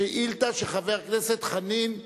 השאילתא של חבר הכנסת חנין צודקת,